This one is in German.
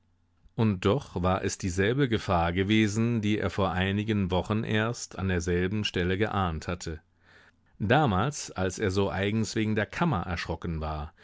und doch war es dieselbe gefahr gewesen die er vor einigen wochen erst an derselben stelle geahnt hatte damals als er so eigens wegen der kammer erschrocken war